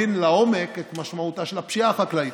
אני מבקש לדבר כאן על נושא הפשיעה החקלאית.